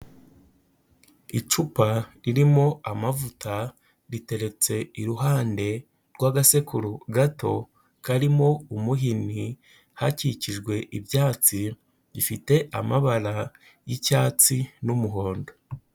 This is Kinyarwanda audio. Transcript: Icupa ririmo amavuta riteretse iruhande rw'agasekuru gato karimo umuhini, hakikijwe ibyatsi gifite amabara y'icyatsi n'umuhondo.